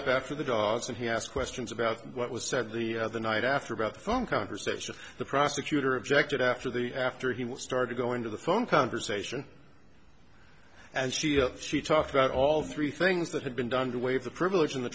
up after the dogs and he asked questions about what was said the other night after about phone conversation the prosecutor objected after the after he would start to go into the phone conversation and she she talked about all three things that had been done to waive the privilege in the